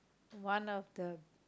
one of the